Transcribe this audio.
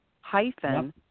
hyphen